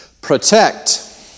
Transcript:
Protect